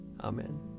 Amen